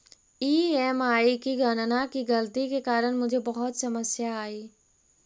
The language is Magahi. ई.एम.आई की गणना की गलती के कारण मुझे बहुत समस्या आई